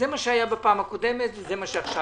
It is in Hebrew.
זה מה שהיה בפעם הקודמת וזה מה שעכשיו.